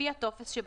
לפי הטופס שבתוספת,